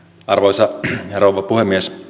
arvoisa rouva puhemies